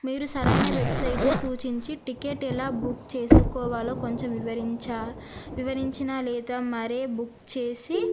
మీరు సరైన వెబ్సైట్ను సూచించి టిక్కెట్ ఎలా బుక్ చేసుకోవాలో కొంచెం వివరించినా లేదా మీరే బుక్ చేసినా